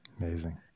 Amazing